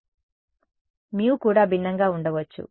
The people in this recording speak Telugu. విద్యార్థి సర్ మ్యు కూడా భిన్నంగా ఉండవచ్చు